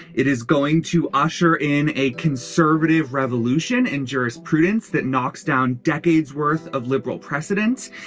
it is going to usher in a conservative revolution in jurisprudence that knocks down decades worth of liberal precedents.